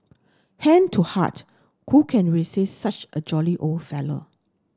hand to heart who can resist such a jolly old fellow